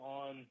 on